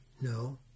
No